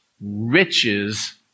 riches